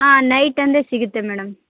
ಹಾಂ ನೈಟ್ ಅಂದರೆ ಸಿಗುತ್ತೆ ಮೇಡಮ್